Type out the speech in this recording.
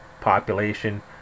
population